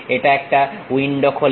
এটা একটা উইন্ডো খোলে